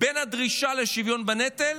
בין הדרישה לשוויון בנטל